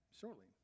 shortly